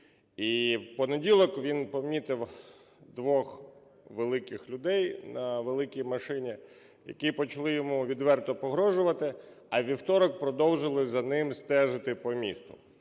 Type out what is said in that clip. І в понеділок він помітив двох великих людей на великій машині, які почали йому відверто погрожувати, а у вівторок продовжили за ним стежити по місту.